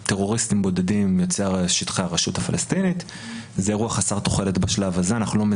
שווה להגיש נגדו תביעה אזרחית גם אם סיכוייה יותר נמוכים --- זה לא מה